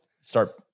start